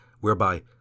whereby